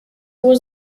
was